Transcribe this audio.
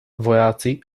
vojáci